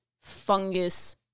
fungus